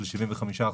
של 75%,